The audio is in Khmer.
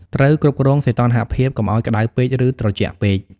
ត្រូវគ្រប់គ្រងសីតុណ្ហភាពកុំឲ្យក្តៅពេក ឬត្រជាក់ពេក។